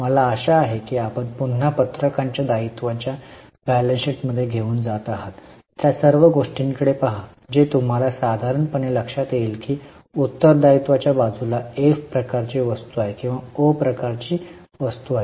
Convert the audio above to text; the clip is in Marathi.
मला आशा आहे की आपण पुन्हा पत्रकाच्या दायित्वांच्या ताळेबंदात घेऊन जात आहात त्या सर्व गोष्टींकडे पहा जे तुम्हाला साधारणपणे लक्षात येईल की उत्तरदायित्वाच्या बाजूला एफ प्रकारची वस्तू किंवा ओ प्रकारची वस्तू आहेत